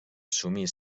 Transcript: assumir